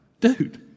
dude